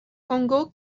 congo